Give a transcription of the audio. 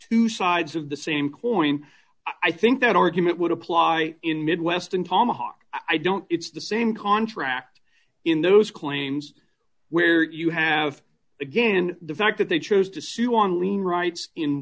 two sides of the same coin i think that argument would apply in midwestern tomahawked i don't it's the same contract in those claims where you have again the fact that they chose to sue on lien rights in